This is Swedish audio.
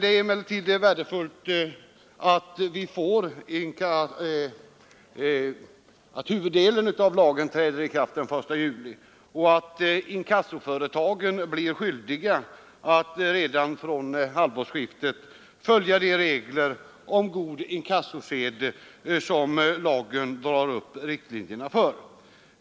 Det är emellertid värdefullt att huvuddelen av lagen träder i kraft den 1 juli och att inkassoföretagen blir skyldiga att redan från halvårsskiftet följa de regler om god inkassosed som lagen drar upp riktlinjerna för.